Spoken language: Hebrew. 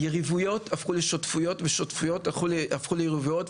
יריבויות הפכו לשותפויות ושותפויות הפכו יריבויות,